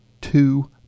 two